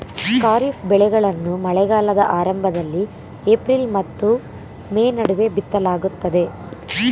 ಖಾರಿಫ್ ಬೆಳೆಗಳನ್ನು ಮಳೆಗಾಲದ ಆರಂಭದಲ್ಲಿ ಏಪ್ರಿಲ್ ಮತ್ತು ಮೇ ನಡುವೆ ಬಿತ್ತಲಾಗುತ್ತದೆ